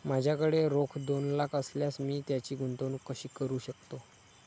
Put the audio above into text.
माझ्याकडे रोख दोन लाख असल्यास मी त्याची गुंतवणूक कशी करू शकतो?